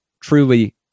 truly